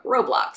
Roblox